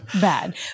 bad